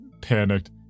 panicked